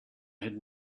had